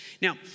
Now